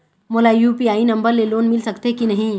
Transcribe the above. मोला UPI number ले loan मिल सकथे कि नहीं?